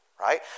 right